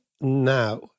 now